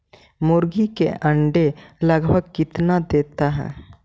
मुर्गी के अंडे लगभग कितना देता है?